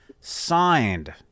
signed